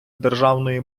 державної